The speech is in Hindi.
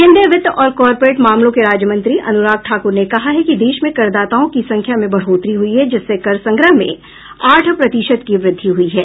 केन्द्रीय वित्त और कॉरपोरेट मामलों के राज्यमंत्री अनुराग ठाकूर ने कहा है कि देश में करदाताओं की संख्या में बढ़ोतरी हुई है जिससे कर संग्रह में आठ प्रतिशत की वृद्धि हुई है